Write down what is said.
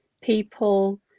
people